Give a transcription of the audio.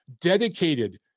dedicated